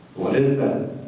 what is that?